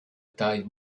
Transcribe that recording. taille